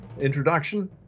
introduction